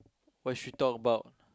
what should we talk about